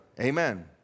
Amen